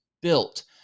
built